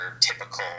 typical